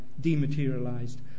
dematerialized